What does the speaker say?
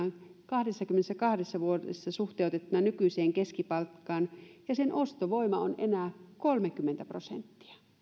kahdessakymmenessäkahdessa vuodessa jälkeen suhteutettuna nykyiseen keskipalkkaan ja sen ostovoima on enää kolmekymmentä